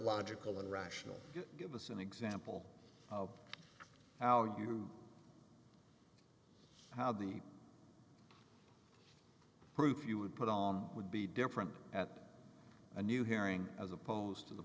logical and rational give us an example of how a how the proof you would put on would be different at a new hearing as opposed to the